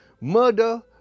murder